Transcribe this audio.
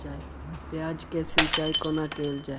प्याज केँ सिचाई कोना कैल जाए?